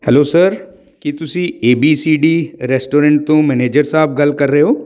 hello sir ਕੀ ਤੁਸੀਂ A B C D restaurant ਤੋਂ ਮੈਨੇਜਰ ਸਾਹਿਬ ਗੱਲ ਕਰ ਰਹੇ ਹੋ